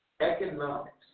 economics